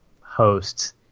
hosts